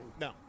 No